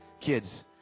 kids